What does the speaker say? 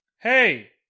Hey